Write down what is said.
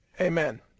Amen